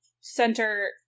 center